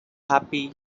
happy